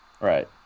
Right